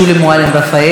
בבקשה.